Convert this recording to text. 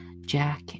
Jack